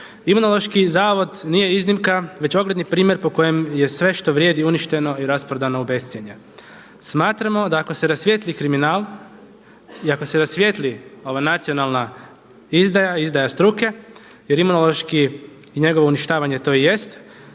Imunološki zavod nije iznimka već ogledni primjer po kojem je sve što vrijedi uništeno i rasprodano u bescjenje. Smatramo da ako se rasvijetli kriminal i ako se rasvijetli ova nacionalna izdaja, izdaja struke. Jer Imunološki i njegovo uništavanje to i jest